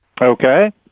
Okay